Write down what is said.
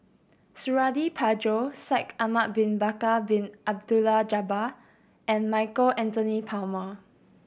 Suradi Parjo Shaikh Ahmad Bin Bakar Bin Abdullah Jabbar and Michael Anthony Palmer